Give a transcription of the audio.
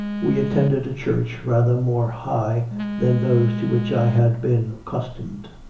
we attended a church rather more high than those to which i had been accustomed.